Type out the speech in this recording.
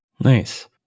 Nice